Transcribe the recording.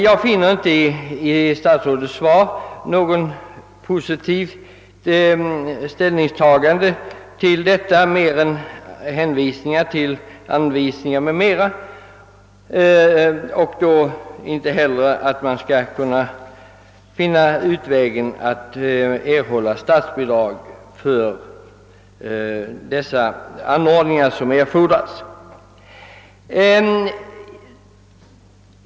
Jag finner inte i statsrådets svar något positivt ställningstagande utan endast påpekanden om lämnade anvisningar m.m. Inte heller antyder han om det skulle vara möjligt att finna utvägar att erhålla statsbidrag för de brandskyddsanordningar som erfordras.